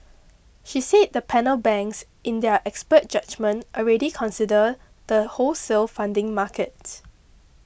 she said the panel banks in their expert judgement already consider the wholesale funding market